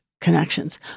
connections